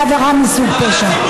בעבירה מסוג פשע.